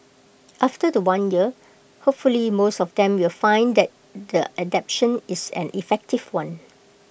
after The One year hopefully most of them will find that the adaptation is an effective one